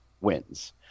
wins